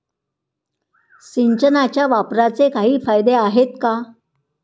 सिंचनाच्या वापराचे काही फायदे आहेत का?